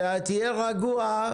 שתהיה רגוע,